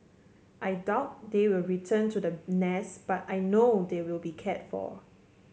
I doubt they will return to the nest but I know they will be cared for